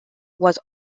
was